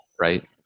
right